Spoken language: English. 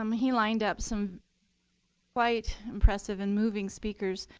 um he lined up some quite impressive and moving speakers.